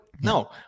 no